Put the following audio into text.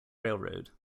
railroad